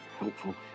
helpful